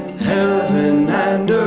heaven and